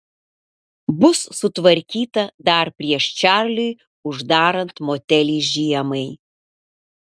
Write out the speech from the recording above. bus sutvarkyta dar prieš čarliui uždarant motelį žiemai